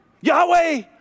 Yahweh